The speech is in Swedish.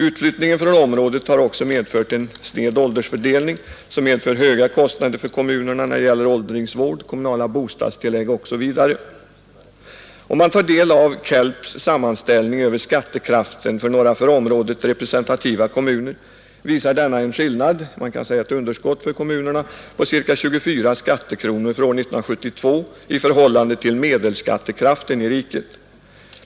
Utflyttningen från området har också medfört en sned åldersfördelning som medför höga kostnader för kommunerna när det gäller åldringsvård, kommunala bostadstillägg osv. KELP:s sammanställning över skattekraften för några för området representativa kommuner visar en skillnad — ett underskott — för kommunerna på ca 24 skattekronor för år 1972 i förhållande till medelskattekraften i riket.